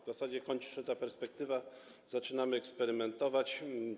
W zasadzie kończy się ta perspektywa, zaczynamy eksperymentować.